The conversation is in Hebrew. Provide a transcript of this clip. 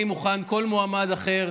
אני מוכן לכל מועמד אחר.